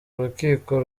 urukiko